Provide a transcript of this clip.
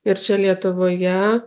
ir čia lietuvoje